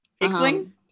X-Wing